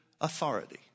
authority